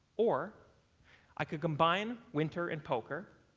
or i could combine winter and poker,